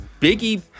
Biggie